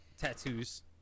Tattoos